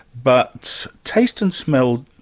but taste and smell,